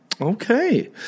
Okay